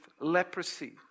leprosy